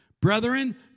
Brethren